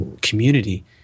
community